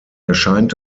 erscheint